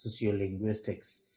sociolinguistics